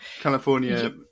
California